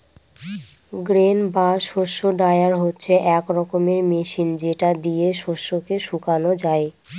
grain বা শস্য dryer হচ্ছে এক রকমের মেশিন যেটা দিয়ে শস্যকে শুকানো যায়